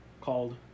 called